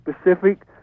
specific